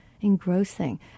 engrossing